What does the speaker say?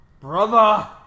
Brother